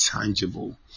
tangible